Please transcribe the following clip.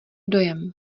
dojem